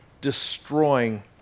destroying